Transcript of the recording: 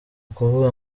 ukuvuga